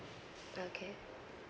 okay